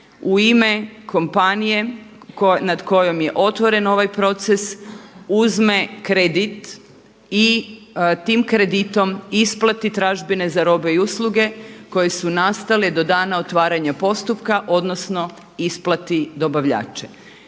u ime kompanije nad kojom je otvoren ovaj proces uzme kredit i tim kreditom isplati tražbine za robe i usluge koje su nastale do dana otvaranja postupka odnosno isplati dobavljača.